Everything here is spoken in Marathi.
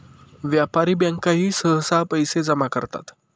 व्यापारी बँकाही सहसा पैसे जमा करतात